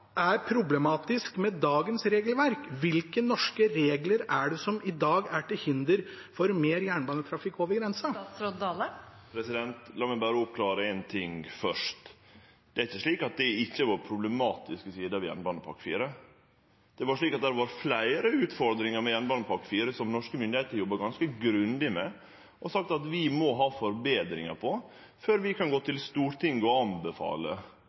er problematisk med dagens regelverk? Hvilke norske regler er det som i dag er til hinder for mer jernbanetrafikk over grensa? La meg berre oppklare ein ting først: Det er ikkje slik at det ikkje har vore problematiske sider ved jernbanepakke IV. Det har vore fleire utfordringar med jernbanepakke IV som norske myndigheiter har jobba ganske grundig med og sagt at vi må ha forbetringar av før vi kan gå til Stortinget og anbefale